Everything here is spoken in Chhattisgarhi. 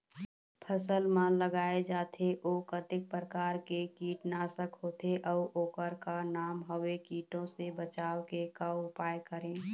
फसल म लगाए जाथे ओ कतेक प्रकार के कीट नासक होथे अउ ओकर का नाम हवे? कीटों से बचाव के का उपाय करें?